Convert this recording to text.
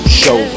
show